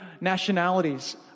nationalities